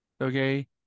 okay